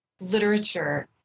literature